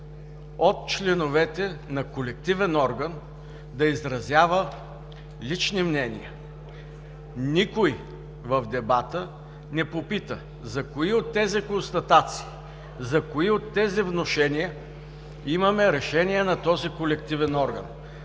от членовете на колективен орган да изразява лични мнения. Никой в дебата не попита за кои от тези констатации, за кои от тези внушения имаме решение на този колективен орган,